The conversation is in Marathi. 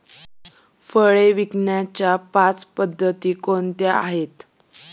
फळे विकण्याच्या पाच पद्धती कोणत्या आहेत?